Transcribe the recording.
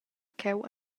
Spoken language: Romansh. cheu